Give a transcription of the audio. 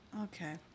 Okay